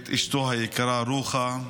את אשתו היקרה רוחה,